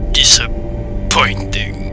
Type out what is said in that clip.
disappointing